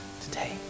today